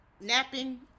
napping